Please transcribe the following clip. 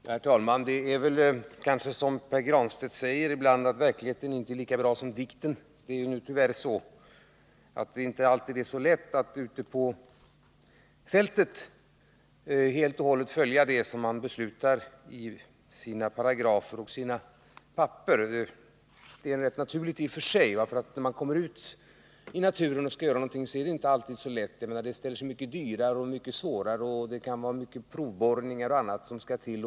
Herr talman! Det är väl kanske som Pär Granstedt säger, att verkligheten ibland inte är lika bra som dikten. Och tyvärr är det inte alltid så lätt att ute på fältet helt och hållet följa det som man beslutar och skriver ner på papper och i paragrafer. Det är i och för sig rätt naturligt att när man kommer ut i naturen och skall göra någonting så är det inte alltid så lätt. Alternativen kan ställa sig mycket dyrare och mycket svåra att genomföra — det kan vara mycket provborrningar och annat som måste till.